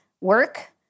work